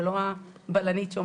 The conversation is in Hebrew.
ולא הבלנית.